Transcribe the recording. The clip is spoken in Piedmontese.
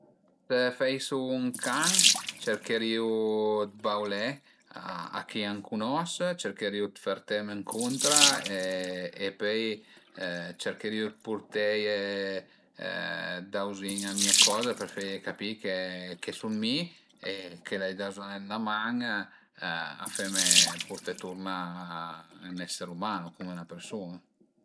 Se föisu ün can cercherìu d'baulé a chi a m'cunos, cercherìu d'fërteme ëncuntra e pöi cercherìu d'purteie dauzin a mie coza për feie capì che che sun mi e che l'ai da bëzogn dë 'na man a feme purté turna a ün essere umano, cume 'na persun-a